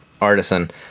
Artisan